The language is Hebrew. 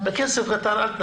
אל תנצחו בכסף קטן.